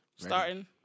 Starting